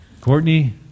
Courtney